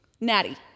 Natty